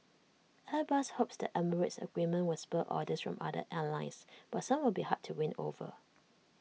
airbus hopes the emirates agreement will spur orders from other airlines but some will be hard to win over